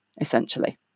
essentially